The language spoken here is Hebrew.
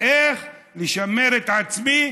איך לשמר את עצמי,